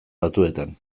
batuetan